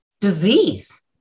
disease